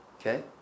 Okay